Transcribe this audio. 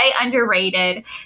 underrated